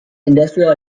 industrial